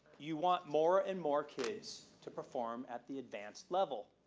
you want more and more kids to perform at the advanced level.